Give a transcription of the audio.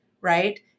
right